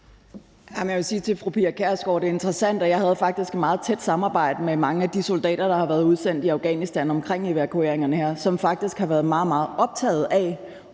Jeg vil sige til fru Pia Kjærsgaard, at det er interessant. Jeg havde faktisk et meget tæt samarbejde med mange af de soldater, der har været udsendt i Afghanistan, omkring evakueringerne her, og de har faktisk været meget, meget optaget af